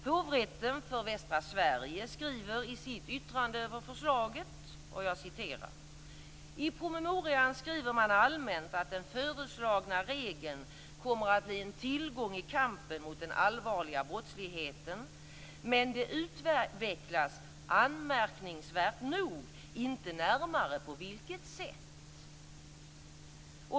Hovrätten för Västra Sverige skriver i sitt yttrande över förslaget: "I promemorian skriver man allmänt att den föreslagna regeln kommer att bli en tillgång i kampen mot den allvarliga brottsligheten, men det utvecklas, anmärkningsvärt nog, inte närmare på vilket sätt."